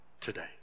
today